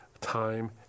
time